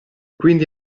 quindi